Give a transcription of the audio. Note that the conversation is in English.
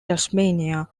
tasmania